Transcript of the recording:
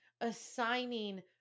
assigning